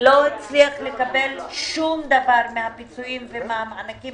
לא הצליח לקבל שום דבר מהפיצויים ומהמענקים